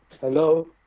hello